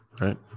right